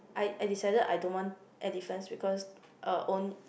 I I decided I don't want elephants because uh own